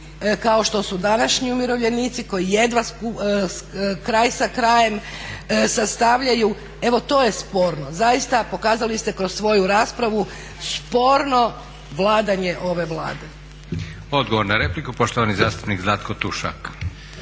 kao što su današnji umirovljenici koji jedva kraj sa krajem sastavljaju. Evo to je sporno. Zaista pokazali ste kroz svoju raspravu sporno vladanje ove Vlade. **Leko, Josip (SDP)** Odgovor na repliku, poštovani zastupnik Zlatko Tušak.